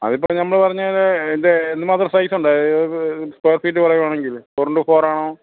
അതിപ്പോൾ നമ്മൾ പറഞ്ഞാൽ ഇതിൻ്റെ എന്ത് മാത്രം സൈസ് ഉണ്ട് സ്ക്വയർ ഫീറ്റ് പറയുവാണെങ്കിൽ ഫോർ ഇൻടു ഫോറ് ആണോ